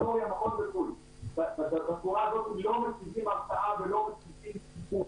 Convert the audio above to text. תיאוריה --- בצורה הזאת לא משיגים הרתעה ולא משיגים שקיפות.